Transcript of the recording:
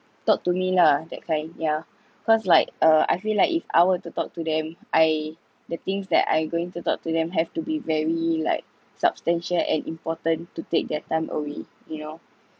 talk to me lah that kind yeah cause like uh I feel like if I were to talk to them I the things that I'm going to talk to them have to be very like substantial and important to take their time away you know